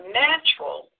natural